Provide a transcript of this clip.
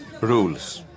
rules